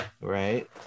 right